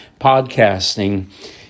podcasting